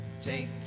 Take